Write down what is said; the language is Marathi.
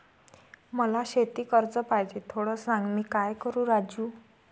मला शेती कर्ज पाहिजे, थोडं सांग, मी काय करू राजू?